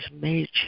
made